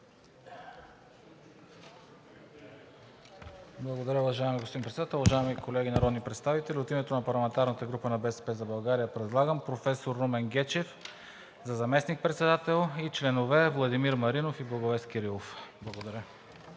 Благодаря, уважаеми господин Председател. Уважаеми колеги народни представители, от името на парламентарната група на „БСП за България“ предлагам професор Румен Гечев за заместник-председател и за членове – Владимир Маринов и Благовест Кирилов. Благодаря.